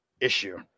issue